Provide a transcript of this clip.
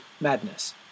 madness